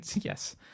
Yes